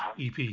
EP